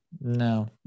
No